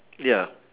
ya